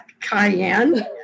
cayenne